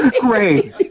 Great